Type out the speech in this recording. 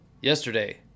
yesterday